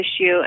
issue